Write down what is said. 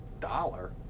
dollar